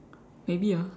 maybe ah